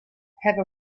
have